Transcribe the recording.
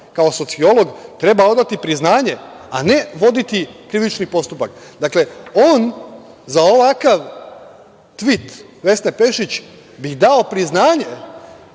kao sociolog treba odati priznanje a ne voditi krivični postupak, dakle, on za ovakav tvit Vesne Pešić bi dao priznanje,